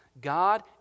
God